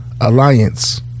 Alliance